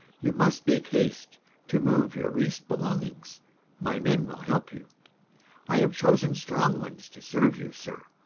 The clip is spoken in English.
you must make haste to move your least belongings my men will help you i have chosen strong ones to serve you, sir,